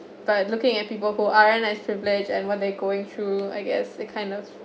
but looking at people who aren't as privileged and what they're going through I guess it kind of